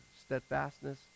steadfastness